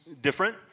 different